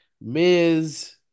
Miz